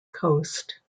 coast